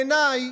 בעיניי